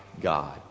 God